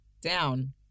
down